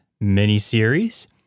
mini-series